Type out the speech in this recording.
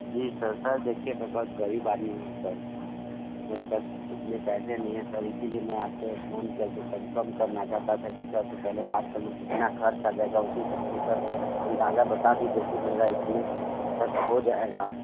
जी sir sir देखिए मैं बहुत गरीब आदमी हूँ सर मेरे पास इतने पैसे नहीं हैं सर इसलिए मैं आपसे फ़ोन करके कंफ़र्म करना चाहता था कि सर से पहले बात करलूं कितना खर्च आ जाएगा उसी हिसाब से सर अंदाज़ा बता दीजिए कि मेरा इतने तक हो जाएगा